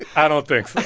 i don't think so